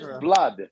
blood